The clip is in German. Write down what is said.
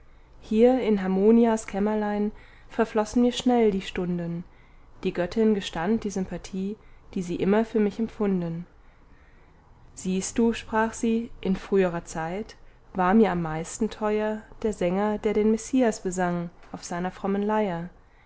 hier in hammonias kämmerlein verflossen mir schnell die stunden die göttin gestand die sympathie die sie immer für mich empfunden siehst du sprach sie in früherer zeit war mir am meisten teuer der sänger der den messias besang auf seiner frommen leier